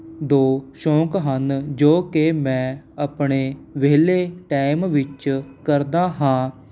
ਦੋ ਸ਼ੌਂਕ ਹਨ ਜੋ ਕਿ ਮੈਂ ਆਪਣੇ ਵਿਹਲੇ ਟਾਈਮ ਵਿੱਚ ਕਰਦਾ ਹਾਂ